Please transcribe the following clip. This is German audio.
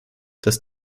das